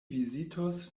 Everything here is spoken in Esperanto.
vizitos